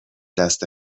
دست